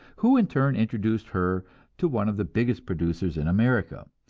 who in turn introduced her to one of the biggest producers in america,